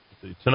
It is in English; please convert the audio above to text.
Tonight